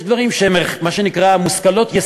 יש דברים שהם מה שנקרא מושכלות-יסוד.